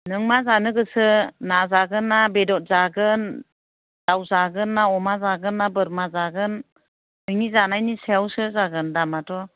नों मा जानो गोसो ना जागोन ना बेदर जागोन दाउ जागोन ना अमा जागोन ना बोरमा जागोन नोंनि जानायनि सायावसो जागोन दामआथ'